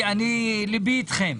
ליבי אתכם.